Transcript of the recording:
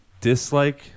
dislike